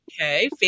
Okay